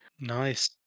Nice